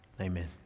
Amen